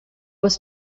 was